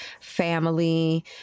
family